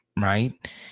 right